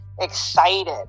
excited